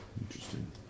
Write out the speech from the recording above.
Interesting